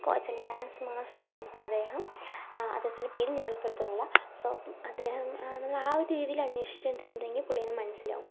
coach അല്ലെങ്കിൽ dance മാസ്റ്ററാണ് ഇപ്പൊ അദ്ദേഹം അദ്ദേഹത്തിൻ്റെ പേര് ഞാൻ വെളിപ്പെടുത്തുന്നില്ല സൊ അദ്ദേഹം നമ്മൾ ആ ഒരു രീതിയിൽ അന്വേഷിച്ചിട്ടുണ്ടെങ്കിൽ പുള്ളീനെ മനസിലാവും